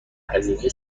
هزینه